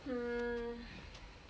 hmm